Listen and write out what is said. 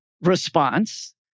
response